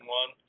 one